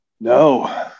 No